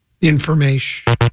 Information